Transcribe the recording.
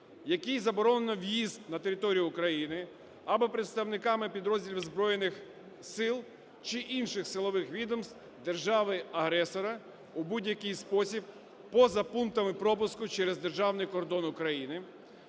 якій заборонено в'їзд на територію України, або представниками підрозділів Збройних Сил чи інших силових відомств держави-агресора у будь-який спосіб поза пунктами пропуску через державний кордон України,